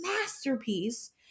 masterpiece